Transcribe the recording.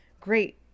great